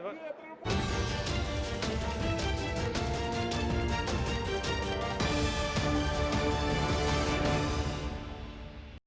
Дякую